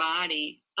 body